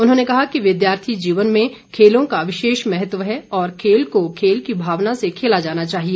उन्होंने कहा कि विद्यार्थी जीवन में खेलों का विशेष महत्व है और खेल को खेल की भावना से खेला जाना चाहिए